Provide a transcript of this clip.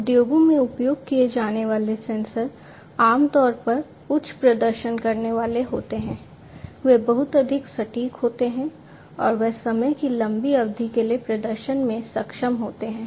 उद्योगों में उपयोग किए जाने वाले सेंसर आम तौर पर उच्च प्रदर्शन करने वाले होते हैं वे बहुत अधिक सटीक होते हैं और वे समय की लंबी अवधि के लिए प्रदर्शन करने में सक्षम होते हैं